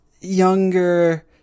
younger